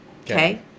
Okay